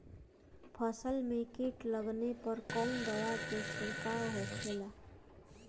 फसल में कीट लगने पर कौन दवा के छिड़काव होखेला?